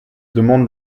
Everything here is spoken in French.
demande